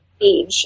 age